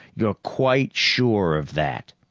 you're quite sure of that?